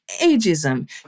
ageism